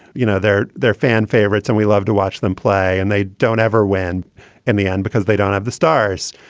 you know, they're they're fan favorites. and we love to watch them play. and they don't ever win in the end because they don't have the stars.